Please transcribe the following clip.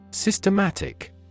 Systematic